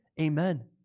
amen